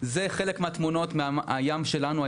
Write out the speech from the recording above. חלק מהתמונות מהים שלנו,